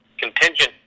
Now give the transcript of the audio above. contingent